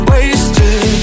Wasted